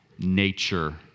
nature